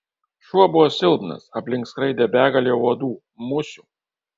šuo buvo silpnas aplink skraidė begalė uodų musių